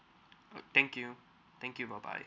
thank you thank you bye bye